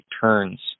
turns